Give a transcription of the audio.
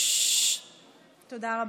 תודה רבה.